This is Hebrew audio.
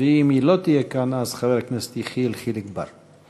אם היא לא תהיה כאן, אז חבר הכנסת יחיאל חיליק בר.